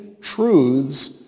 truths